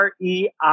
REI